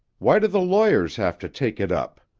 why do the lawyers have to take it up?